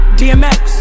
dmx